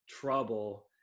trouble